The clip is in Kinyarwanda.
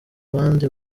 bandi